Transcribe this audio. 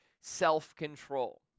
self-control